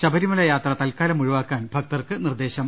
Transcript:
ശബരിമല യാത്ര തൽക്കാലം ഒഴിവാക്കാൻ ഭക്തർക്ക് നിർദേശം